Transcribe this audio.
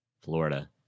Florida